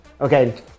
Okay